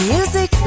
Music